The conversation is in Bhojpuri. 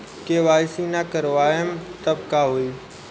के.वाइ.सी ना करवाएम तब का होई?